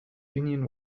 union